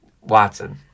Watson